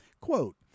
Quote